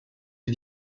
est